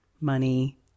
money